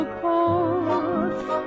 cold